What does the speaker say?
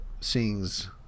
sings